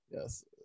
yes